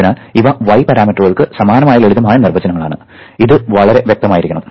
അതിനാൽ ഇവ y പാരാമീറ്ററുകൾക്ക് സമാനമായ ലളിതമായ നിർവചനങ്ങളാണ് ഇത് വളരെ വ്യക്തമായിരിക്കണം